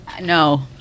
No